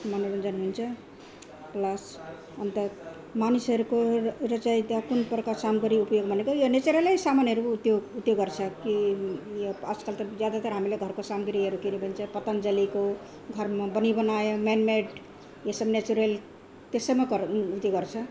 मनोरञ्जन हुन्छ प्लस अन्त मानिसहरूको उ त्यो चाहिँ त्यहाँ कुन प्रकार सामाग्री उपयोग भनेको यो नेचरलै सामानहरू उ त्यो उ त्यो गर्छ कि यो आजकल त ज्यादातर हामीले घरको सामग्रीहरू किन्यो भने चाहिँ पतन्जलीको घरमा बनिबनाई मेनमेड यो सब नेचरल त्यसैमा कर उ त्यो गर्छ